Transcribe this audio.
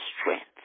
strength